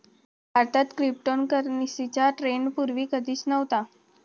भारतात क्रिप्टोकरन्सीचा ट्रेंड पूर्वी कधीच नव्हता